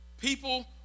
People